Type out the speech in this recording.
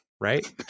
right